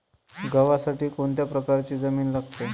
गव्हासाठी कोणत्या प्रकारची जमीन लागते?